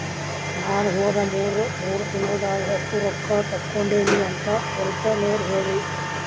ನಾ ಹೋದ ಮೂರು ತಿಂಗಳದಾಗ ಎಷ್ಟು ರೊಕ್ಕಾ ತಕ್ಕೊಂಡೇನಿ ಅಂತ ಸಲ್ಪ ನೋಡ ಹೇಳ್ರಿ